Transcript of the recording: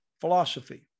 philosophy